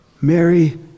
Mary